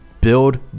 build